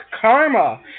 karma